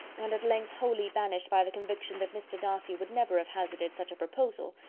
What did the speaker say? and at length wholly banished by the conviction that mr. darcy would never have hazarded such a proposal,